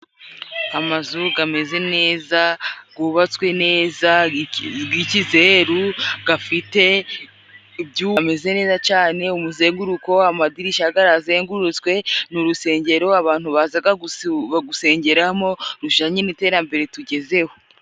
Amazu gameze neza, gwubatswe neza g'ikizeru, gafite gameze neza cane, umuzenguruko amadirishya garazengurutswe ni urusengero abantu baza gusengeramo, rujanye n'iterambere tugezeho.